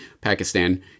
Pakistan